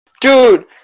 Dude